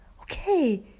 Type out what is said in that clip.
okay